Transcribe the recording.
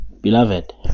beloved